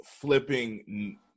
flipping